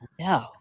no